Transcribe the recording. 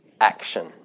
action